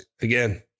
again